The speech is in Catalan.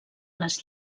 les